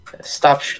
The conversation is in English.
Stop